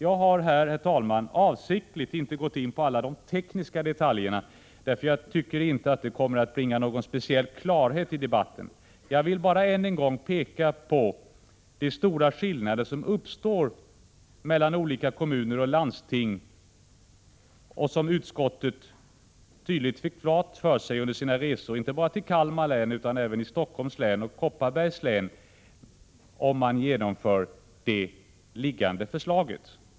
Jag har här, herr talman, avsiktligt inte gått in på alla de tekniska detaljerna, därför att jag inte tycker att det kommer att bringa någon speciell klarhet i debatten. Jag vill bara än en gång peka på de stora skillnader som uppstår mellan olika kommuner och landsting, vilket utskottet tydligt fick klart för sig under sina resor i Kalmar län, i Stockholms län och i Kopparbergs län, om det framlagda förslaget genomförs.